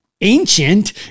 ancient